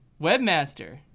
Webmaster